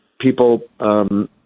people